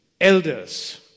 elders